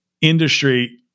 industry